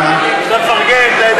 מה המקור?